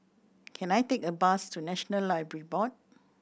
can I take a bus to National Library Board